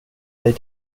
dig